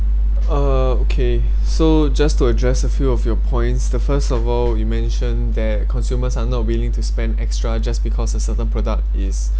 uh okay so just to address a few of your points the first of all you mentioned that consumers are not willing to spend extra just because a certain product is